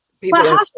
people-